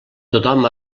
tothom